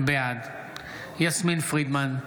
בעד יסמין פרידמן,